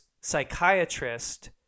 psychiatrist